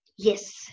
Yes